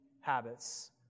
habits